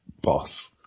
boss